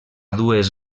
dues